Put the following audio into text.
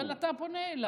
אבל אתה פונה אליי.